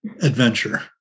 adventure